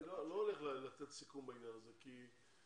ודבר שני --- אני לא הולך לתת סיכום בעניין הזה כי אנחנו